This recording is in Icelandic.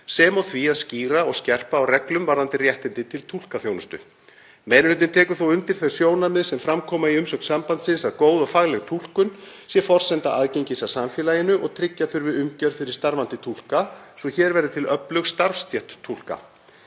sem og því að skýra og skerpa á reglum varðandi réttindi til túlkaþjónustu. Meiri hlutinn tekur þó undir þau sjónarmið sem fram koma í umsögn sambandsins að góð og fagleg túlkun sé forsenda aðgengis að samfélaginu og tryggja þurfi umgjörð fyrir starfandi túlka svo hér verði til öflug starfsstétt túlka.